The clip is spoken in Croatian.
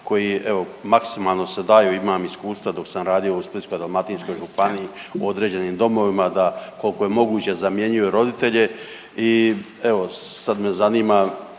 koji evo maksimalno se daju, imam iskustva dok sam radio u Splitsko-dalmatinskoj županiji u određenim domovima da koliko je moguće zamjenjuju roditelje i evo sad me zanima,